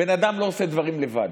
בן אדם לא עושה דברים לבד.